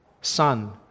son